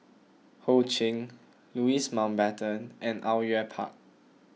Ho Ching Louis Mountbatten and Au Yue Pak